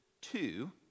two